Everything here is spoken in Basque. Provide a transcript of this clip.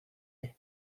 nahi